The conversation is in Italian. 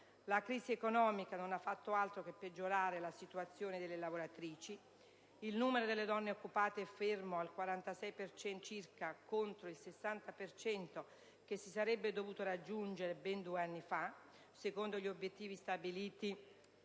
La crisi economica non ha fatto altro che peggiorare la situazione delle lavoratrici. Il numero delle donne occupate è fermo al 46 per cento circa contro il 60 per cento che si sarebbe dovuto raggiungere ben due anni fa, secondo gli obiettivi stabiliti